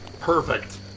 Perfect